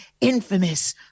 infamous